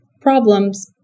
problems